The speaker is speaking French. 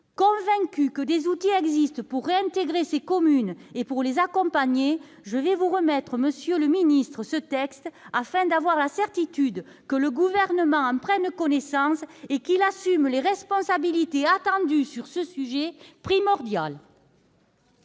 convaincue que des outils existent pour réintégrer ces communes et pour les accompagner, je vais vous remettre ce texte afin d'avoir la certitude que le Gouvernement en prenne connaissance et qu'il assume les responsabilités attendues sur ce sujet primordial.